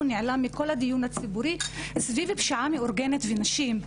הוא נעלם מכל הדיון הציבורי סביב הפשיעה המאורגנת ונשים.